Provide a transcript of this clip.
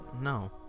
No